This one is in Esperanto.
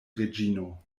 reĝino